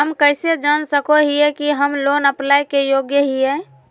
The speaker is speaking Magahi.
हम कइसे जान सको हियै कि हम लोन अप्लाई के योग्य हियै?